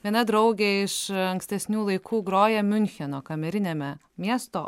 viena draugė iš ankstesnių laikų groja miuncheno kameriniame miesto